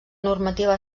normativa